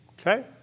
Okay